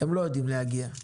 הם לא יודעים להגיע.